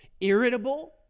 irritable